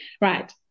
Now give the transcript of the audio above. right